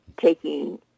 taking